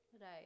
Right